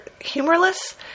humorless